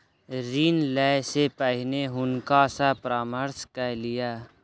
ऋण लै से पहिने हुनका सॅ परामर्श कय लिअ